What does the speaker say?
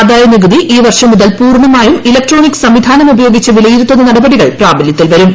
ആദായനികുതി ഈവർഷം മുതൽ പൂർണമായും ഇലക്ട്രോണിക് സംവിധാനം ഉപയോഗിച്ച് വിലയിരുത്തുന്ന നടപടികൾ പ്രാബല്യത്തിൽ വരും